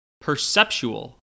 perceptual